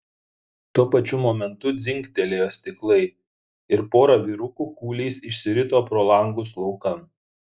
tuo pačiu momentu dzingtelėjo stiklai ir pora vyrukų kūliais išsirito pro langus laukan